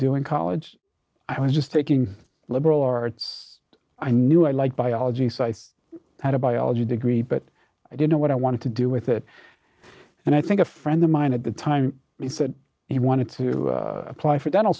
do in college i was just taking liberal arts i knew i liked biology so i had a biology degree but i didn't know what i wanted to do with it and i think a friend of mine at the time he said he wanted to apply for dental